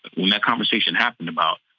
when that conversation happened about,